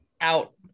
out